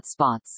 hotspots